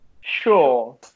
sure